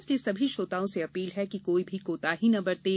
इसलिए सभी श्रोताओं से अपील है कि कोई भी कोताही न बरतें